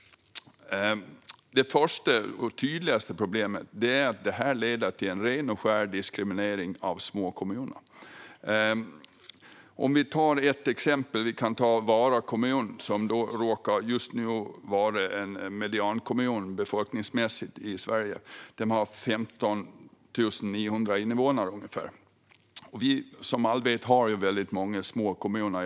Det första och tydligaste problemet är att det leder till ren och skär diskriminering av små kommuner. Ett exempel är Vara kommun, som råkar vara en mediankommun i Sverige befolkningsmässigt. Man har ungefär 15 900 invånare. Sverige har många små kommuner.